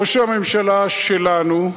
ראש הממשלה שלנו,